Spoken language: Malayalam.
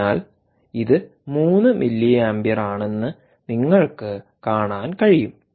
അതിനാൽ ഇത് 3 മില്ലിയാംപിയറാണെന്ന് നിങ്ങൾക്ക് കാണാൻ കഴിയും